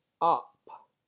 up